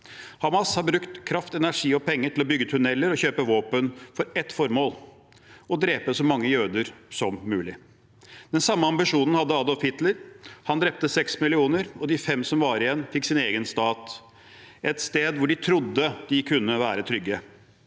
Hamas har brukt kraft, energi og penger til å bygge tunneler og kjøpe våpen for ett formål: å drepe så mange jøder som mulig. Den samme ambisjonen hadde Adolf Hitler. Han drepte seks millioner, og de fem som var igjen, fikk sin egen stat, et sted hvor de trodde de kunne være trygge.